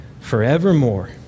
forevermore